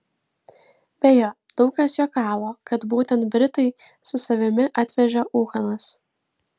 beje daug kas juokavo kad būtent britai su savimi atvežė ūkanas